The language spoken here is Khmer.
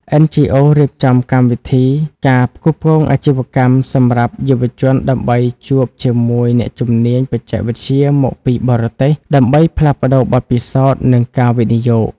NGOs រៀបចំកម្មវិធី "ការផ្គូផ្គងអាជីវកម្ម" សម្រាប់យុវជនដើម្បីជួបជាមួយអ្នកជំនាញបច្ចេកវិទ្យាមកពីបរទេស ដើម្បីផ្លាស់ប្តូរបទពិសោធន៍ និងការវិនិយោគ។